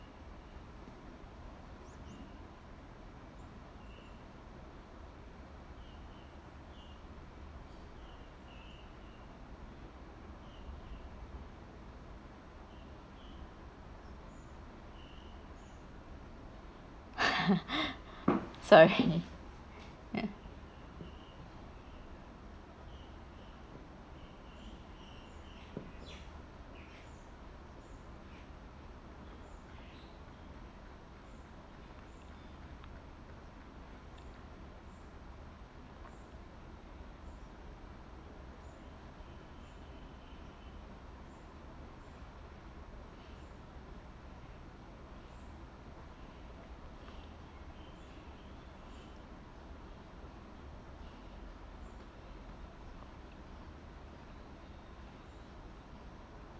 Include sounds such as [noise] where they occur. [laughs] sorry